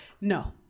no